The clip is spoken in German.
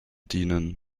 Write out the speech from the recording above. dienen